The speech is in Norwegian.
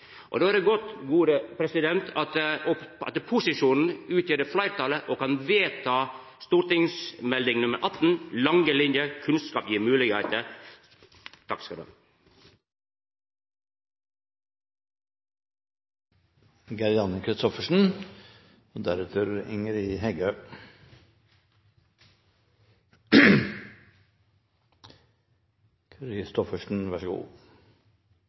Og då er det godt at posisjonen utgjer fleirtalet og kan vedta St. Meld. nr. 18 for 2012–2013, Lange linjer – kunnskap gir muligheter! Norsk forskning og